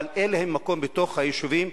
אבל אין להם מקום בתוך היישובים,